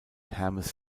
hermes